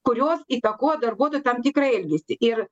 kurios įtakoja darbuotojų tam tikrą elgesį ir